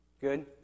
good